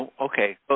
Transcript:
okay